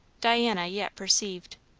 diana yet perceived.